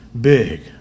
big